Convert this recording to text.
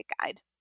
Guide